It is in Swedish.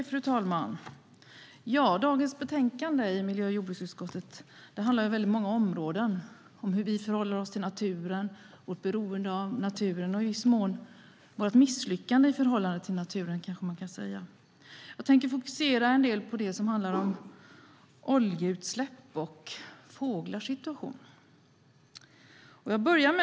Fru talman! Dagens betänkande från miljö och jordbruksutskottet handlar om många områden: hur vi förhåller oss till naturen, vårt beroende av naturen och i viss mån vårt misslyckande i förhållande till naturen. Jag tänkte fokusera en del på det som handlar om oljeutsläpp och fåglars situation.